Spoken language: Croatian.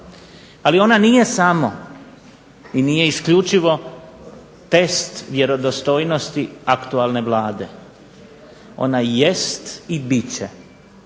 Ali, ona nije samo i nije isključivo test vjerodostojnosti aktualne Vlade. Ona jest i bit će